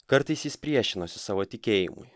kartais jis priešinosi savo tikėjimui